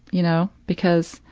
you know, because